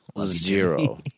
zero